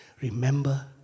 remember